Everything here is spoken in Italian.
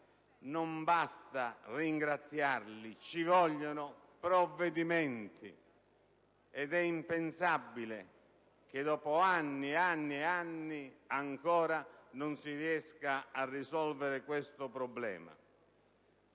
non basta ringraziarli, ci vogliono provvedimenti ed è impensabile che dopo anni e anni ancora non si riesca a risolvere questo problema.